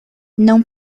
não